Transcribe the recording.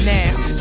Now